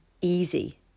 easy